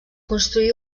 construí